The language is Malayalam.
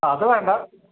അത് വേണ്ട